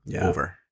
over